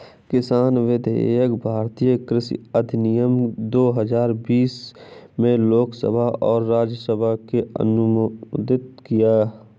किसान विधेयक भारतीय कृषि अधिनियम दो हजार बीस में लोकसभा और राज्यसभा में अनुमोदित किया